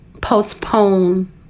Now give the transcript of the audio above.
postpone